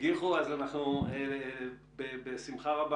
לגבי פערי הנתונים בין הגופים זה באמת משהו בעייתי.